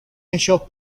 ellos